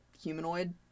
humanoid